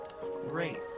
Great